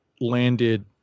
landed